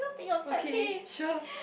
okay sure